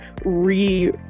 re